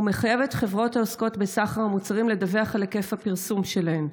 המחייב חברות העוסקות בסחר מוצרים לדווח על היקף הפרסום שלהן.